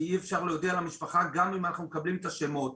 כי אי אפשר להודיע למשפחה גם אם אנחנו מקבלים את השמות.